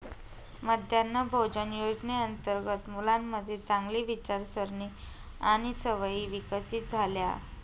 मध्यान्ह भोजन योजनेअंतर्गत मुलांमध्ये चांगली विचारसारणी आणि सवयी विकसित झाल्या